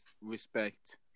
respect